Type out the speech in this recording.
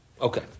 Okay